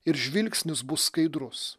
ir žvilgsnis bus skaidrus